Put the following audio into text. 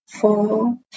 four